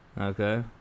Okay